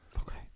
Okay